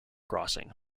crossing